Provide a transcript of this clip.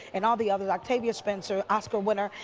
and all the others, octavia spencer, oscar winner,